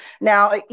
Now